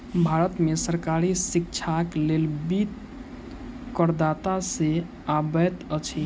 भारत में सरकारी शिक्षाक लेल वित्त करदाता से अबैत अछि